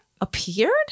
appeared